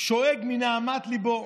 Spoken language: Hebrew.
שואג מנהמת ליבו,